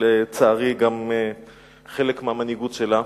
ולצערי גם חלק מהמנהיגות שלה,